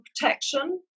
protection